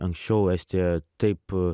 anksčiau estija taip